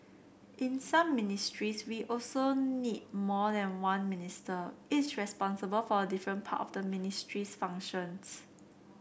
in some ministries we also need more than one minister each responsible for a different part of the ministry's functions